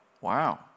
Wow